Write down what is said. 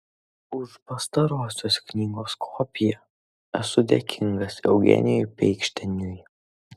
už pastarosios knygos kopiją esu dėkingas eugenijui peikšteniui